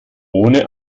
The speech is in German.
ohne